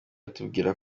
batubwira